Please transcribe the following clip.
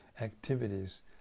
activities